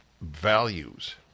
values